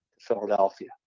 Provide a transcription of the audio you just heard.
Philadelphia